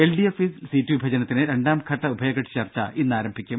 L ഡി എഫിൽ സീറ്റ് വിഭജനത്തിന് രണ്ടാം ഘട്ട ഉഭയകക്ഷി ചർച്ച ഇന്ന് ആരംഭിക്കും